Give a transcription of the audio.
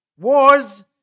wars